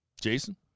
Jason